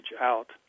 out